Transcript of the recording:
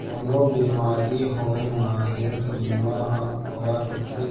कोनो बेमारी होये म हेल्थ बीमा ह कव्हर होथे